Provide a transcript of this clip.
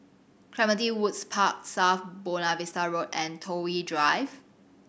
Clementi Woods Park South Buona Vista Road and Toh Yi Drive